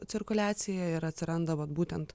cirkuliacija ir atsiranda vat būtent